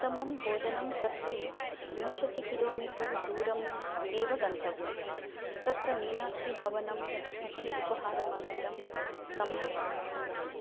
उत्तमं भोजनं कर्तुं विंशति किलो मीटर् दूरम् एव गन्तव्यं तत्र मीनाक्षीभवनम् इति उपहारमन्दिरं सम्यक् अस्ति